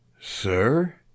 Sir